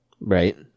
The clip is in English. Right